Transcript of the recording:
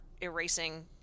erasing